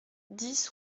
dix